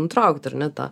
nutraukti ar ne tą